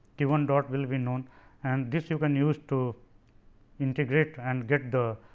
q one dot will be known and this you can use to integrate and get the